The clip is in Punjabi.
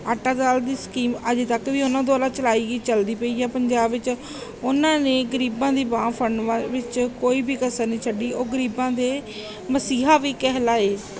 ਆਟਾ ਦਾਲ ਦੀ ਸਕੀਮ ਅਜੇ ਤੱਕ ਵੀ ਉਹਨਾਂ ਦੁਆਰਾ ਚਲਾਈ ਗਈ ਚੱਲਦੀ ਪਈ ਹੈ ਪੰਜਾਬ ਵਿੱਚ ਉਹਨਾਂ ਨੇ ਗਰੀਬਾਂ ਦੀ ਬਾਂਹ ਫੜਨ ਵ ਵਿੱਚ ਕੋਈ ਵੀ ਕਸਰ ਨਹੀਂ ਛੱਡੀ ਉਹ ਗਰੀਬਾਂ ਦੇ ਮਸੀਹਾ ਵੀ ਕਹਿਲਾਏ